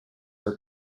for